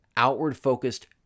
outward-focused